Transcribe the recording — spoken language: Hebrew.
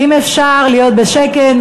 אם אפשר להיות בשקט.